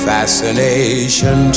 Fascination